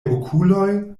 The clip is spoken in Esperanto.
okuloj